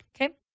Okay